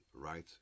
right